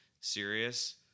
serious